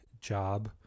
job